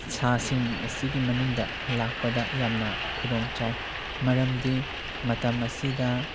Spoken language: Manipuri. ꯊꯥꯁꯤꯡ ꯑꯁꯤꯒꯤ ꯃꯅꯨꯡꯗ ꯂꯥꯛꯄꯗ ꯌꯥꯝꯅ ꯈꯨꯗꯣꯡ ꯆꯥꯏ ꯃꯔꯝꯗꯤ ꯃꯇꯝ ꯑꯁꯤꯗ